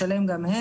אבל באופן עקרוני,